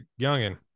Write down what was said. youngin